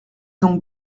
donc